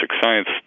science